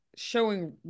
showing